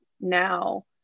now